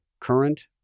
current